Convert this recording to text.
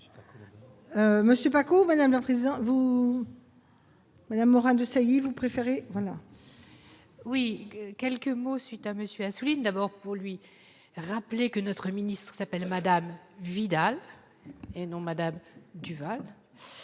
Monsieur pas Kovanen à présent vous. Madame Morin Desailly vous préférez voilà. Oui, quelques mots suite à monsieur Assouline d'abord pour lui rappeler que notre ministre s'appelle Madame Vidal et non Madame Duval